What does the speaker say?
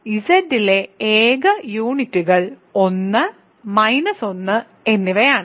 അതിനാൽ Z ലെ ഏക യൂണിറ്റുകൾ 1 മൈനസ് 1 എന്നിവയാണ്